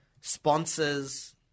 sponsors